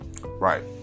Right